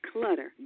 Clutter